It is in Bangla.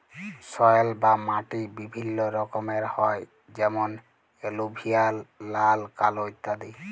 সয়েল বা মাটি বিভিল্য রকমের হ্যয় যেমন এলুভিয়াল, লাল, কাল ইত্যাদি